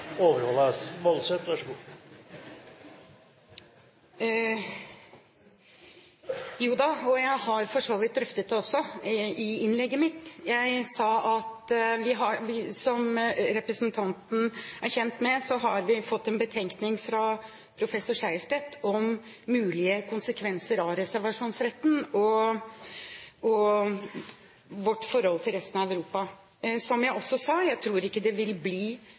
overholdes. Jo da, og jeg har for så vidt drøftet det i innlegget mitt. Som representanten er kjent med, har vi fått en betenkning fra professor Sejersted om mulige konsekvenser av reservasjonsretten og vårt forhold til resten av Europa. Som jeg også sa, jeg tror ikke det vil bli